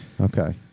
Okay